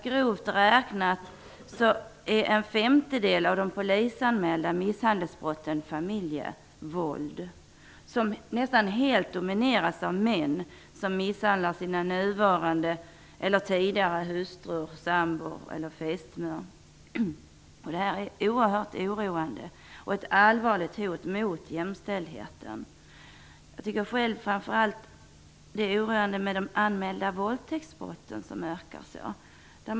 Grovt räknat är en femtedel av de polisanmälda misshandelsbrotten familjevåld, som nästan helt domineras av män som misshandlar sina nuvarande eller tidigare hustrur, sambor eller fästmör. Detta är oerhört oroande. Det är ett allvarligt hot mot jämställdheten. Jag tycker själv framför allt att det är oroande med de anmälda våldtäktsbrotten som ökar så kraftigt.